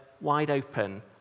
wide-open